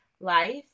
life